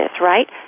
right